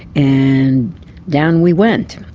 and down we went,